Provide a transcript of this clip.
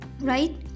right